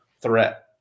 Threat